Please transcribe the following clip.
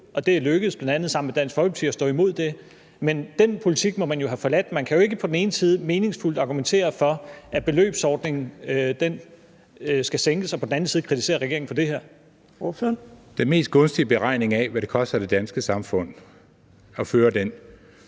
det er lykkedes, bl.a. sammen med Dansk Folkeparti, at stå imod det. Men den politik må man jo have forladt, for man kan ikke på den ene side meningsfuldt argumentere for, at beløbsordningen skal sænkes, mens man på den anden side kritiserer regeringen for det her. Kl. 14:38 Fjerde næstformand (Trine Torp): Ordføreren.